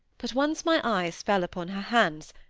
but once my eyes fell upon her hands,